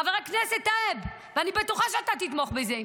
חבר הכנסת טייב, אני בטוחה שאתה תתמוך בזה,